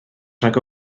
rhag